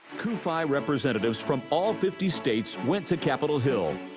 cufi representatives from all fifty states went to capitol hill.